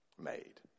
made